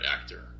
actor